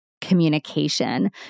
communication